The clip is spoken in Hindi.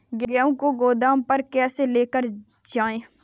गेहूँ को गोदाम पर कैसे लेकर जाएँ?